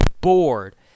bored